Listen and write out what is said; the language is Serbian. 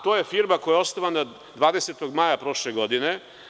To je firma koja je osnovana 20. maja prošle godine